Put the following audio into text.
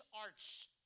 arts